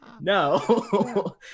no